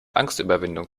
angstüberwindung